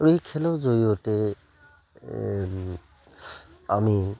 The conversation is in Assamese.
আৰু এই খেলৰ জৰিয়তে আমি